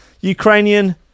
Ukrainian